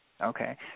Okay